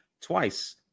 twice